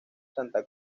santa